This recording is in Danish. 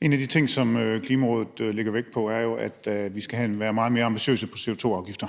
En af de ting, som Klimarådet lægger vægt på, er jo, at vi skal være meget mere ambitiøse på CO2-afgifter.